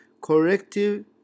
corrective